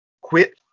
quit